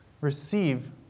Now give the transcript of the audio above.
receive